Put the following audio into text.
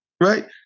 Right